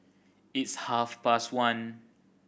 its half past one